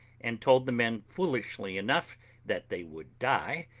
and told the men foolishly enough that they would die,